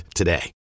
today